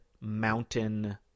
mountain